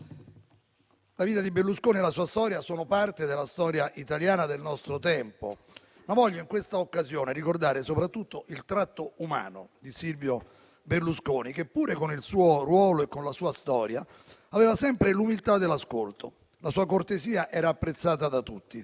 La vita di Berlusconi e la sua storia sono parte della storia italiana del nostro tempo, ma voglio, in questa occasione, ricordare soprattutto il tratto umano di Silvio Berlusconi, che, pure con il suo ruolo e con la sua storia, aveva sempre l'umiltà dell'ascolto. La sua cortesia era apprezzata da tutti.